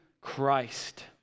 Christ